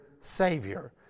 Savior